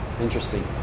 interesting